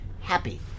happy